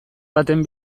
baten